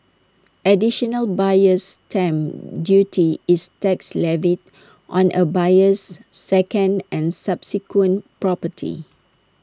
additional buyer's stamp duty is tax levied on A buyer's second and subsequent property